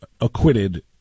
acquitted